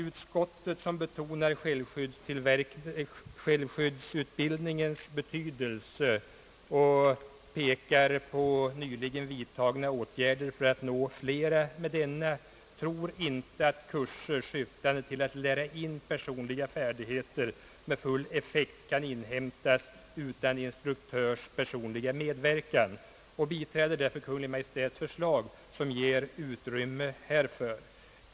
Utskottet, som betonar självskyddsutbildningens betydelse och pekar på nyligen vidtagna åtgärder för att nå fiera med denna utbildning, tror inte alt kurser syftande till att lära in personliga färdigheter med full effekt kan inhämtas utan instruktörs personliga medverkan och biträder därför Kungl. Maj:ts förslag, som ger utrymme härför.